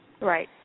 Right